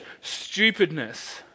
stupidness